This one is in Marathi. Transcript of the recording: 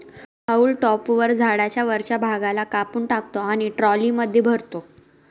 हाऊल टॉपर झाडाच्या वरच्या भागाला कापून टाकतो आणि ट्रॉलीमध्ये भरतो